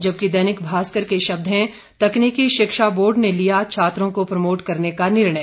जबकि दैनिक भास्कर के शब्द हैं तकनीकी शिक्षा बोर्ड ने लिया छात्रों को प्रमोट करने का निर्णय